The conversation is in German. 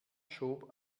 schob